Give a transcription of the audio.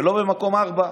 ולא במקום הרביעי.